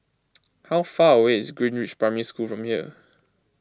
how far away is Greenridge Primary School from here